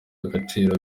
agaciro